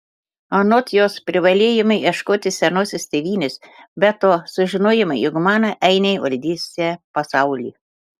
anot jos privalėjome ieškoti senosios tėvynės be to sužinojome jog mano ainiai valdysią pasaulį